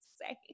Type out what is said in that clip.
say